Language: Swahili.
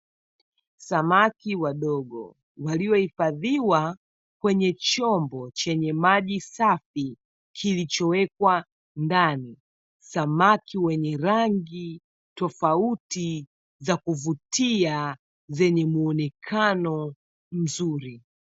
Samaki wadogo waliohifadhiwa kwenye chombo chenye maji safi kilichowekwa ndani. Samaki wenye rangi tofauti za kuvutia zenye muonekano mzuri.